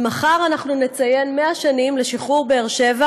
ומחר אנחנו נציין 100 שנים לשחרור באר שבע